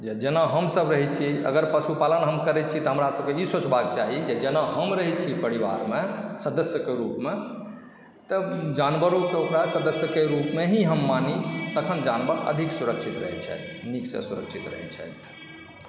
जे जेना हमसभ रहैत छी अगर पशुपालन हम करैत छी तऽ हमरासभके ई सोचबाक चाही कि जेना हम रहैत छी परिवारमे सदस्यके रूपमे तऽ जानवरोके ओकरा सदस्यके रूपमे ही हम मानी तखन जानवर अधिक सुरक्षित रहैत छथि नीकसँ सुरक्षित रहैत छथि